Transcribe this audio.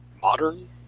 modern